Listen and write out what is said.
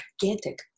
Gigantic